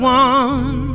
one